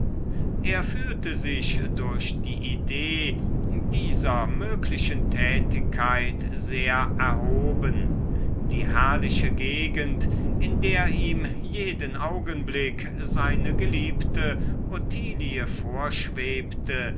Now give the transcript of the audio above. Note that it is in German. er fühlte sich durch die idee dieser möglichen tätigkeit sehr erhoben die herrliche gegend in der ihm jeden augenblick seine geliebte ottilie vorschwebte